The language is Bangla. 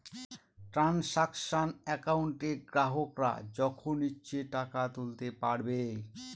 ট্রানসাকশান একাউন্টে গ্রাহকরা যখন ইচ্ছে টাকা তুলতে পারবে